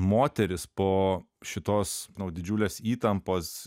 moteris po šitos nu didžiulės įtampos